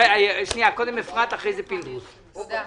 חברת הכנסת אפרת רייטן, בבקשה.